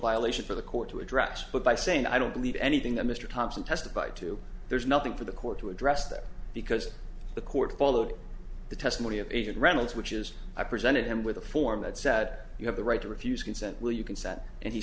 violation for the court to address but by saying i don't believe anything that mr thompson testified to there's nothing for the court to address that because the court followed the testimony of eight reynolds which is i presented him with a form that sat you have the right to refuse consent will you can see that and he